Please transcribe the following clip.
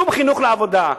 שום חינוך לעבודה,